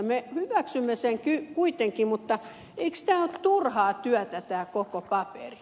me hyväksymme sen kuitenkin mutta eikö tämä ole turhaa työtä tämä koko paperi